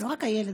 לא רק הילד,